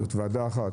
זאת ועדה אחת,